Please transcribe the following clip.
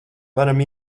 varam